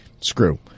Screw